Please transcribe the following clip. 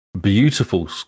Beautiful